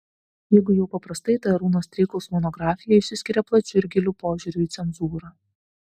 jeigu jau paprastai tai arūno streikaus monografija išsiskiria plačiu ir giliu požiūriu į cenzūrą